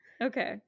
Okay